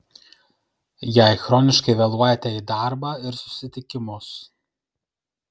jei chroniškai vėluojate į darbą ir susitikimus